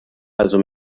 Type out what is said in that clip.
also